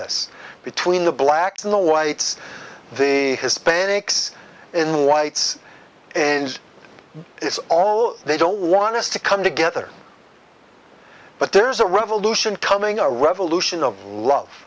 us between the blacks and the whites the hispanics in whites and it's all they don't want us to come together but there's a revolution coming a revolution of love